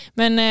men